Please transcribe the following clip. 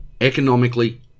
economically